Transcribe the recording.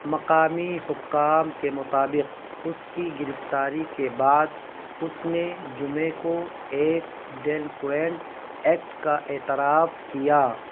مقامی حُکّام کے مطابق اس کی گرفتاری کے بعد اس نے جمعے کو ایک ڈیلنکوینٹ ایکٹ کا اعتراف کیا